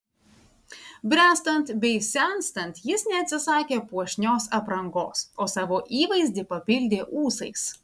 bręstant bei senstant jis neatsisakė puošnios aprangos o savo įvaizdį papildė ūsais